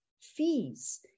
fees